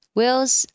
Wheels